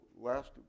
last